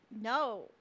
no